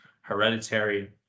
Hereditary